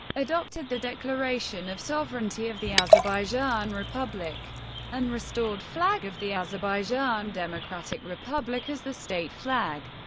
adopted the declaration of sovereignty of the azerbaijan republic and restored flag of the azerbaijan democratic republic as the state flag.